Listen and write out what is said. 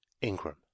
Ingram